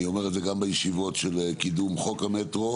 אומר את זה גם בישיבות של קידום חוק המטרו,